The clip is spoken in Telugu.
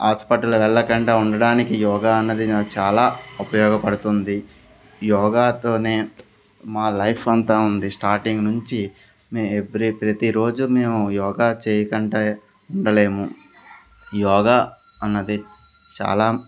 హాస్పిటల్ వెళ్ళకుండా ఉండడానికి యోగా అన్నది నాకు చాలా ఉపయోగపడుతుంది యోగాతోనే మా లైఫ్ అంతా ఉంది స్టార్టింగ్ నుంచి మే ఎవ్రీ ప్రతిరోజు మేము యోగా చేయకుండా ఉండలేము యోగా అన్నది చాలా